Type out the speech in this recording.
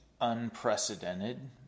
unprecedented